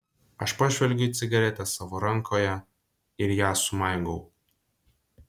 aš pažvelgiu į cigaretę savo rankoje ir ją sumaigau